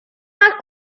más